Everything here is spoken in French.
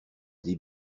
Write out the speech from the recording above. des